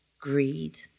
greed